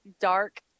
dark